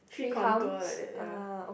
tree contour like that ya